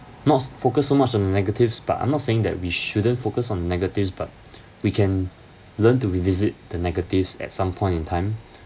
not focus so much on the negatives but I'm not saying that we shouldn't focus on negatives but we can learn to revisit the negatives at some point in time